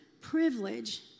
privilege